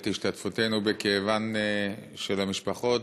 את השתתפותנו בכאבן של המשפחות,